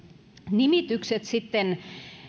nimitykset sitten